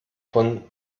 von